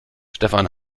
stefan